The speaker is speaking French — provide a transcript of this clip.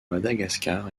madagascar